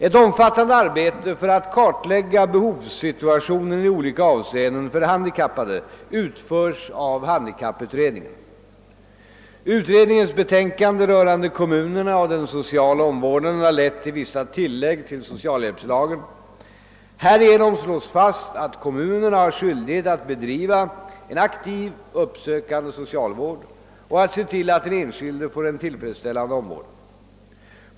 Ett omfattande arbete för att kartlägga behovssituationen i olika avseenden för handikappade utförs av handikapputredningen. Utredningens betänkande rörande kommunerna och den sociala omvårdnaden har lett till vissa tillägg till socialhjälpslagen. Härigenom slås fast att kommunerna har skyldighet att bedriva en aktiv, uppsökande socialvård och att se till att den enskilde får en tillfredsställande omvårdnad.